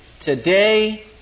today